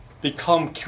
become